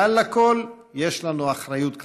מעל לכול יש לנו אחריות כלפיהם.